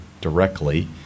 directly